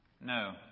No